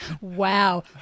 Wow